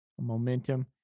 momentum